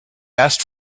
asked